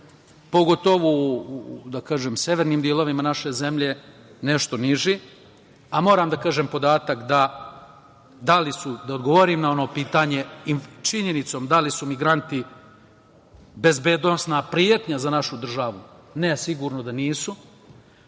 pogotovo u severnim delovima naše zemlje, nešto niži. Moram da kažem podatak da li su, da odgovorim na ono pitanje činjenicom, da li su migranti bezbednosna pretnja za našu državu? Ne, sigurno da nisu